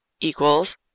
equals